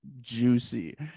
juicy